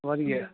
ਵਧੀਆ